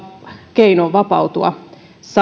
keino vapautua